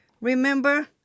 remember